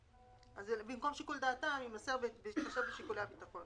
במקום "שיקול דעתם" "בהתחשב בשיקולי הביטחון".